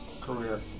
career